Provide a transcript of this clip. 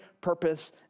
purpose